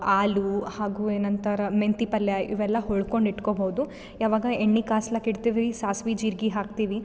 ಹಾಲು ಹಾಗು ಏನಂತರ ಮೆಂತೆ ಪಲ್ಯ ಇವೆಲ್ಲ ಹುಳ್ಕೊಂಡು ಇಟ್ಕೋಬೋದು ಯಾವಾಗ ಎಣ್ಣೆ ಕಾಸ್ಲಕ ಇಡ್ತಿವಿ ಸಾಸಿವೆ ಜಿರಿಗೆ ಹಾಕ್ತೀವಿ